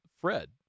Fred